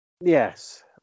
Yes